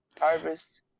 Harvest